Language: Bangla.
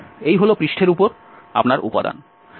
এই হল পৃষ্ঠের উপর আপনার উপাদান